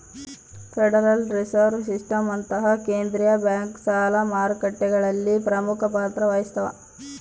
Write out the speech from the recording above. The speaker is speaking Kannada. ಫೆಡರಲ್ ರಿಸರ್ವ್ ಸಿಸ್ಟಮ್ನಂತಹ ಕೇಂದ್ರೀಯ ಬ್ಯಾಂಕು ಸಾಲ ಮಾರುಕಟ್ಟೆಗಳಲ್ಲಿ ಪ್ರಮುಖ ಪಾತ್ರ ವಹಿಸ್ತವ